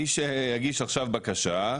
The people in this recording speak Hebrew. מי שיגיש עכשיו בקשה,